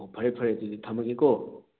ꯍꯣ ꯐꯔꯦ ꯐꯔꯦ ꯑꯗꯨꯗꯤ ꯊꯝꯃꯒꯦꯀꯣ